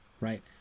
Right